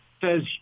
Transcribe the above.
says